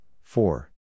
four